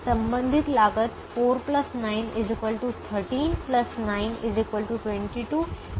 संबंधित लागत 4 9 13 9 22 6 28 हैं